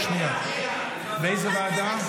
לאיזו ועדה?